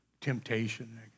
temptation